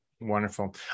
Wonderful